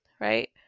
right